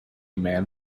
man